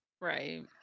Right